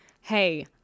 hey